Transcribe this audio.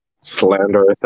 Slanderous